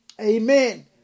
Amen